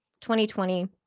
2020